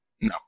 No